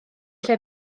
lle